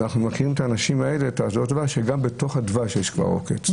האנשים האלה, גם בתוך הדבש יש עוקץ.